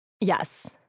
Yes